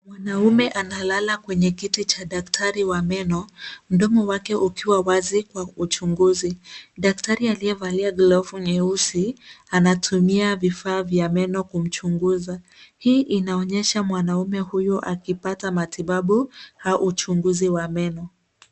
Mwanaume analala kwenye kiti cha daktari wa meno, mdomo wake ukiwa wazi kwa uchunguzi. Daktari aliyevalia glavu nyeusi, anatumia vifaa vya meno kumchunguza. Hii inaonyesha mwanaume huyu akipata matibabu, au, uchunguzi wa meno.